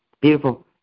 Beautiful